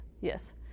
yes